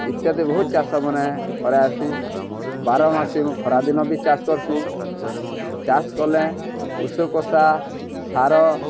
ଇତ୍ୟାଦି ବହୁତ ଚାଷ ମାନେ କରଆସି ବାରମାସି ମୁଁ ଖରାଦିନ ବି ଚାଷ୍ କର୍ସି ଚାଷ କଲେ ଉଷୁ କଷା ସାର